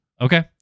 Okay